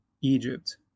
Egypt